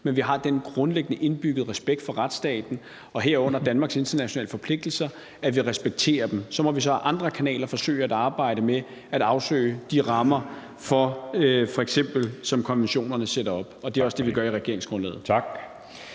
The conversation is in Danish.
men at vi har den grundlæggende, indbyggede respekt for retsstaten og herunder Danmarks internationale forpligtelser, at vi respekterer dem. Så må vi så ad andre kanaler forsøge at arbejde med at afsøge de rammer, som f.eks. konventionerne sætter op, og det er også det, vi gør i regeringsgrundlaget. Kl.